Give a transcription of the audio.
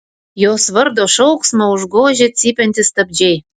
jos vardo šauksmą užgožia cypiantys stabdžiai